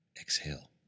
exhale